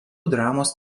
dramos